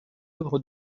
œuvre